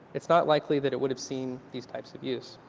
it's not likely that it would have seen these types of views.